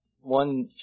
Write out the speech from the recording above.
one